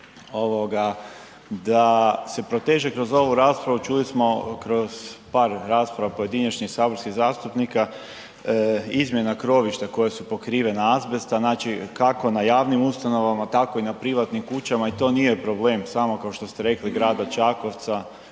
da se proteže kroz ovu raspravu čuli smo kroz par rasprava pojedinačnih saborskih zastupnika, izmjena krovišta koja su pokrivena azbesta znači kako na javnim ustanovama tako i na privatnim kućama i to nije problem samo kao što ste rekli grada Čakovca,